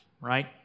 right